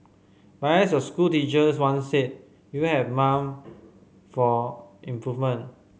but as your school teachers once said you have mum for improvement